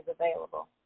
available